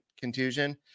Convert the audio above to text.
contusion